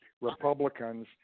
Republicans